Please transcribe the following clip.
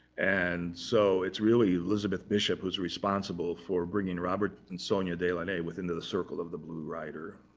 and so it's really elizabeth bishop who's responsible for bringing robert and sonia delaunay within the the circle of the blue rider.